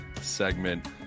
Segment